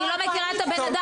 אני לא מכירה את הבן הזה.